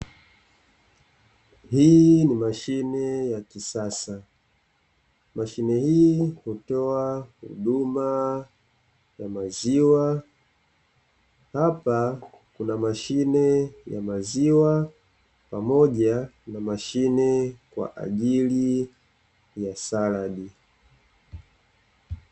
Hii ni mashine ya kisasa, mashine hii hutoa huduma ya maziwa, hapa kuna mashine ya maziwa pamoja na mashine kwa ajili ya saladi.